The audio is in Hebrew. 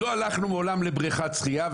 לא הלכנו מעולם לבריכת שחייה,